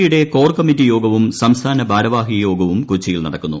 പിയുടെ കോർകമ്മിറ്റി യോഗവും സംസ്ഥാന ഭാര വാഹി യോഗവും കൊച്ചിയിൽ നടക്കുന്നു